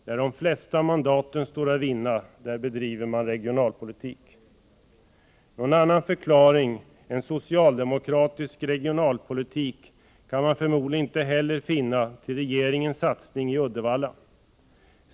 Där de flesta mandaten står att vinna, där bedriver man regionalpolitik. Någon annan förklaring än socialdemokratisk regionalpolitik kan man förmodligen inte heller finna till regeringens satsning i Uddevalla.